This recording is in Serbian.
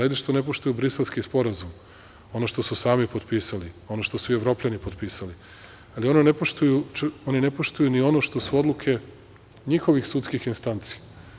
Ajde što ne poštuju Briselski sporazum, ono što su sami potpisali, ono što su i Evropljani potpisali, ali oni ne poštuju ni ono što su odluke njihovih sudskih instanci.